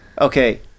Okay